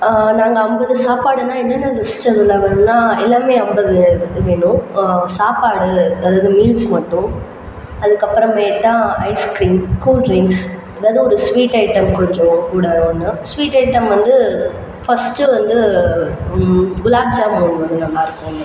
நாங்கள் ஐம்பது சாப்பாடுனால் என்னென்ன லிஸ்ட் அதில் வரும்னால் எல்லாமே ஐம்பது வேணும் சாப்பாடு அது மீல்ஸ் மட்டும் அதுக்கப்புறமேட்டா ஐஸ்கிரீம் கூல் ட்ரிங்க்ஸ் ஏதாவது ஒரு ஸ்வீட் ஐட்டம் கொஞ்சம் கூட ஒன்று ஸ்வீட் ஐட்டம் வந்து ஃபர்ஸ்ட் வந்து குலாப் ஜாமுன் வந்து நல்லாயிருக்கும்